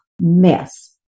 mess